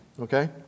okay